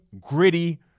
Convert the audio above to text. gritty